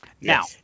Now